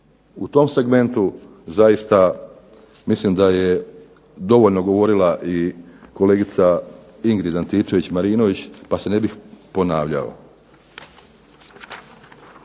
U tom segmentu zaista mislim da je dovoljno govorila i kolegica Ingrid Antičević Marinović pa se ne bih ponavljao.